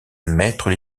mètres